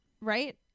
right